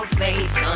face